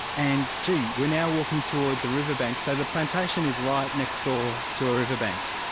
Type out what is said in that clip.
and gee, we're now walking towards the river bank, so the plantation is right next door to a river bank.